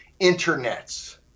internets